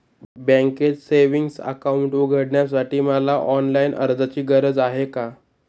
बँकेत savings account उघडण्यासाठी मला ऑनलाईन अर्जाची गरज आहे का?